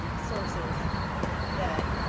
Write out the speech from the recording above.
um sources that